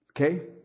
Okay